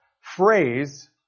phrase